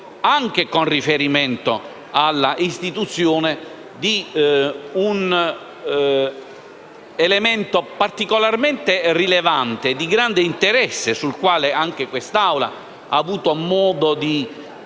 anche con riferimento all'istituzione di un elemento particolarmente rilevante e di grande interesse, sul quale quest'Assemblea ha avuto modo di